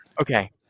okay